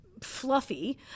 fluffy